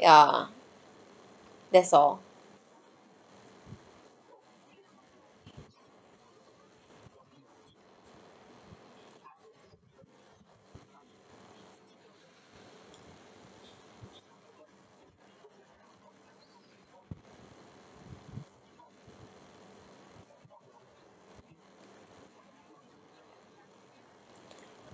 ya that's all